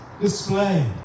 display